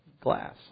glass